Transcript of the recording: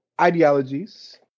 ideologies